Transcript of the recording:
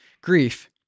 grief